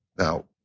now,